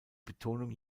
betonung